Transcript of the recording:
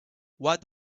what